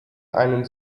einen